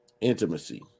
intimacy